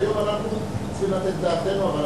שהיום אנחנו צריכים לתת את דעתנו עליהם,